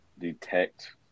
detect